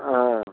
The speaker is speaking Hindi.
हाँ